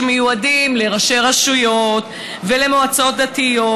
שמיועדים לראשי רשויות ולמועצות דתיות,